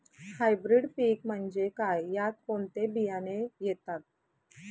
Hybrid पीक म्हणजे काय? यात कोणते बियाणे येतात?